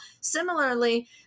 Similarly